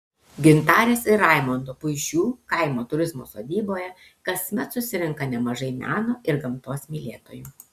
gintarės ir raimondo puišių kaimo turizmo sodyboje kasmet susirenka nemažai meno ir gamtos mylėtojų